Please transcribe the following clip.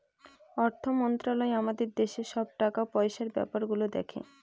অর্থ মন্ত্রালয় আমাদের দেশের সব টাকা পয়সার ব্যাপার গুলো দেখে